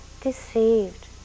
deceived